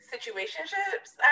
situationships